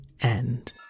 end